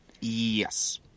Yes